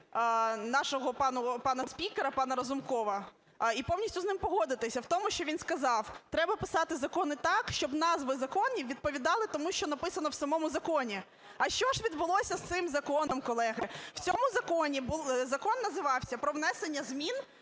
нашого пана спікера, пана Разумкова, і повністю з ним погодитися в тому, що він сказав: "Треба писати закони так, щоб назви законів відповідали тому, що написано в самому законі". А що ж відбулося з цим законом, колеги? В цьому законі було… Закон називався "Про внесення змін